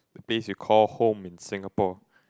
the place you call home in Singapore